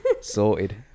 sorted